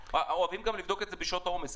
אוהבים גם לבדוק את זה בשעות העומס,